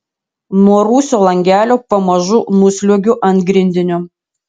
nuo rūsio langelio pamažu nusliuogiu ant grindinio